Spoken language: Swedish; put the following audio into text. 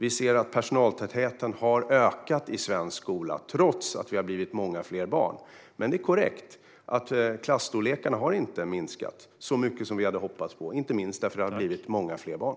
Vi ser att personaltätheten har ökat i svensk skola, trots att det har blivit många fler barn. Men det är korrekt att klasstorlekarna inte har minskat så mycket som vi hade hoppats, inte minst för att det har blivit många fler barn.